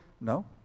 No